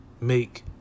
make